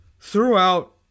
Throughout